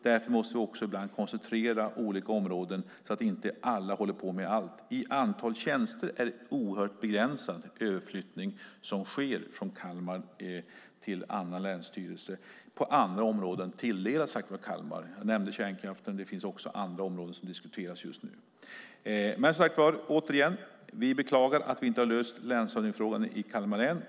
Därför måste vi också ibland koncentrera olika verksamheter, så att inte alla håller på med allt. Vad gäller antalet tjänster är det en oerhört begränsad överflyttning som sker från Kalmar till andra länsstyrelser. På andra områden tilldelas Kalmar resurser. Jag nämnde kärnkraften. Det finns andra områden som diskuteras just nu. Vi beklagar att vi inte har löst landshövdingefrågan i Kalmar län.